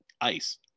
ice